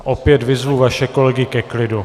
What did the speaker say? Opět vyzvu vaše kolegy ke klidu.